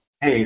Hey